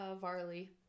Varley